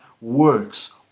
works